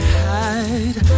hide